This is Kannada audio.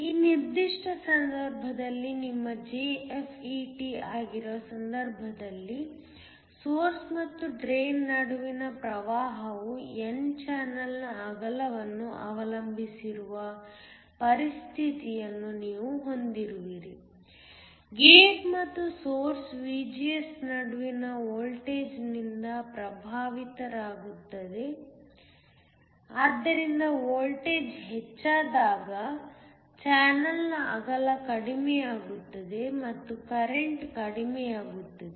ಈ ನಿರ್ದಿಷ್ಟ ಸಂದರ್ಭದಲ್ಲಿ ನಿಮ್ಮ JFET ಆಗಿರುವ ಸಂದರ್ಭದಲ್ಲಿ ಸೋರ್ಸ್ ಮತ್ತು ಡ್ರೈನ್ ನಡುವಿನ ಪ್ರವಾಹವು n ಚಾನಲ್ನ ಅಗಲವನ್ನು ಅವಲಂಬಿಸಿರುವ ಪರಿಸ್ಥಿತಿಯನ್ನು ನೀವು ಹೊಂದಿರುವಿರಿ ಗೇಟ್ ಮತ್ತು ಸೋರ್ಸ್ VGS ನಡುವಿನ ವೋಲ್ಟೇಜ್ನಿಂದ ಪ್ರಭಾವಿತವಾಗಿರುತ್ತದೆ ಆದ್ದರಿಂದ ವೋಲ್ಟೇಜ್ ಹೆಚ್ಚಾದಾಗ ಚಾನೆಲ್ ನ ಅಗಲ ಕಡಿಮೆಯಾಗುತ್ತದೆ ಮತ್ತು ಕರೆಂಟ್ ಕಡಿಮೆಯಾಗುತ್ತದೆ